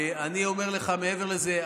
אני אומר לך מעבר לזה,